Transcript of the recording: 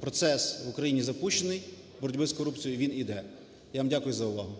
процес в Україні запущений, боротьби з корупцією, він іде. Я вам дякую за увагу.